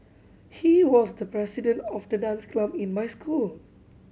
he was the president of the dance club in my school